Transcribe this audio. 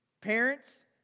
parents